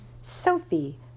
Sophie